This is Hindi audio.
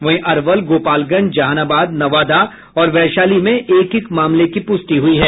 वहीं अरवल गोपालगंज जहानाबाद नवादा और वैशाली में एक एक मामले की प्रष्टि हुई है